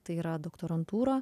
tai yra doktorantūra